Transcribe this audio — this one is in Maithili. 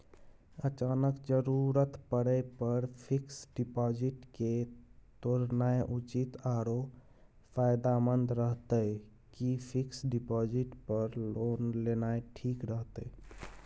अचानक जरूरत परै पर फीक्स डिपॉजिट के तोरनाय उचित आरो फायदामंद रहतै कि फिक्स डिपॉजिट पर लोन लेनाय ठीक रहतै?